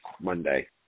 Monday